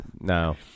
no